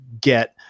get